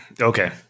Okay